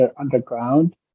underground